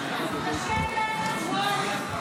חלום שמתגשם.